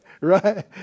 right